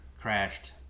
crashed